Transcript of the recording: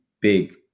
big